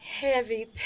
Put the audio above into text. heavy